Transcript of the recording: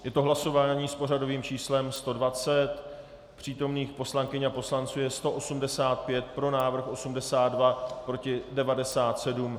Je to hlasování s pořadovým číslem 120, přítomných poslankyň a poslanců je 185, pro návrh 82, proti 97.